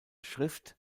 schrift